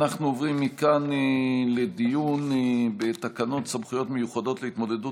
אנחנו עוברים מכאן לדיון בתקנות סמכויות מיוחדות להתמודדות